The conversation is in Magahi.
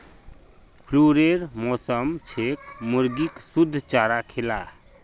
फ्लूरेर मौसम छेक मुर्गीक शुद्ध चारा खिला